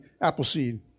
Appleseed